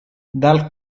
dal